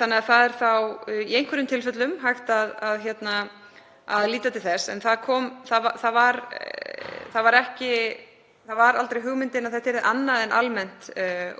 gjalda. Það er í einhverjum tilfellum hægt að líta til þess. En það var aldrei hugmyndin að þetta yrði annað en almennt